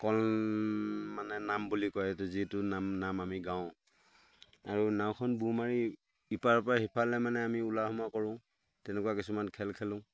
কল মানে নাম বুলি কয় এইটো যিটো নাম নাম আমি গাওঁ আৰু নাওখন বুৰ মাৰি ইপাৰৰ পৰা সিফালে মানে আমি ওলোৱা সোমোৱা কৰোঁ তেনেকুৱা কিছুমান খেল খেলোঁ